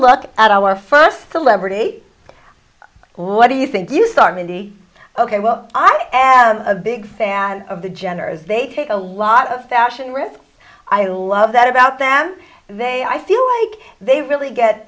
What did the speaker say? look at our first celebrity what do you think you start mindy ok well i am a big fan of the jenners they take a lot of fashion with i love that about them and they i feel like they really get